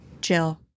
Jill